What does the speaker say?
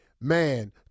man